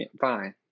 Fine